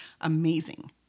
amazing